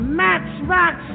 matchbox